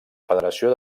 federació